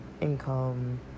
income